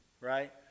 Right